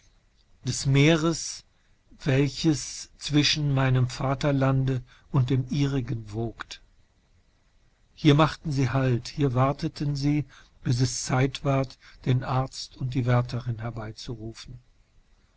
des meeres welches zwischen meinem vaterlande und dem ihrigen wogt hier machten sie halt und hier warteten sie bis es zeitward denarztunddiewärterinherbeizurufen undwiemistreßtrevertongesagt hatte